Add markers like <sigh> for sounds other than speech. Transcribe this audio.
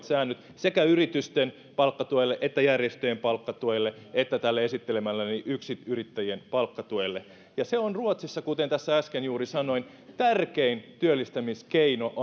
<unintelligible> säännöt sekä yritysten palkkatuelle että järjestöjen palkkatuelle että tälle esittelemälleni yksinyrittäjien palkkatuelle ruotsissa kuten tässä äsken juuri sanoin tärkein työllistämiskeino